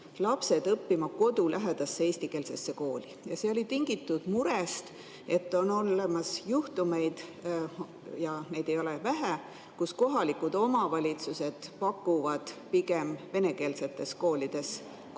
lapsed õppima kodulähedasse eestikeelsesse kooli. See oli tingitud murest, et on olemas juhtumeid, ja neid ei ole vähe, kui kohalikud omavalitsused pakuvad kohti pigem venekeelsetes koolides ja